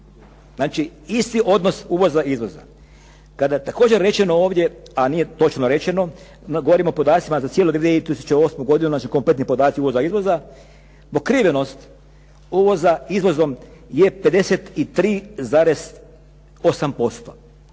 Znači isti odnos uvoza i izvoza. Kada je također rečeno ovdje, a nije točno rečeno, govorim o podacima za cijelu 2008. godinu znači kompletni podaci uvoza i izvoza. Pokrivenost uvoza izvozom je 53,8%.